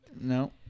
no